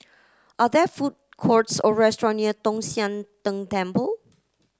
are there food courts or restaurant near Tong Sian Tng Temple